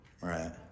Right